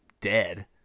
dead